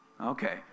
Okay